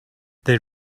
they